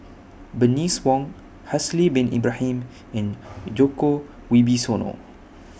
Bernice Wong Haslir Bin Ibrahim and Djoko Wibisono